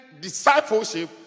discipleship